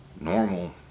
Normal